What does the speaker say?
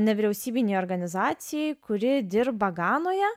nevyriausybinei organizacijai kuri dirba ganoje